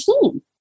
team